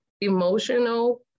emotional